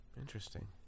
interesting